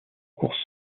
course